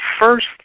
first